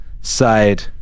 side